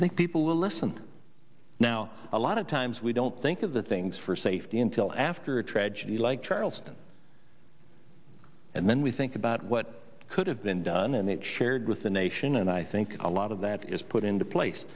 i think people will listen now a lot of times we don't think of the things for safety until after a tragedy like charleston and then we think about what could have been done and that shared with the nation and i think a lot of that is put into place